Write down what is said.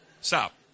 Stop